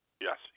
Yes